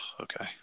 okay